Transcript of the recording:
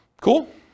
Cool